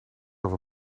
over